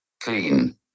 clean